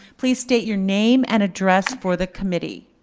please state your name and address for the committee.